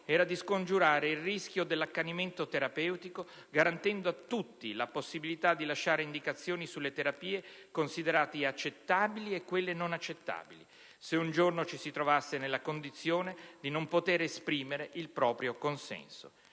era scongiurare il rischio dell'accanimento terapeutico, garantendo a tutti la possibilità di lasciare indicazioni sulle terapie considerate accettabili e quelle non accettabili, se un giorno ci si trovasse nella condizione di non poter esprimere il proprio consenso;